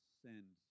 send